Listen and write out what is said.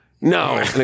no